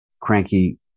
cranky